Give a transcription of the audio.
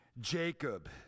Jacob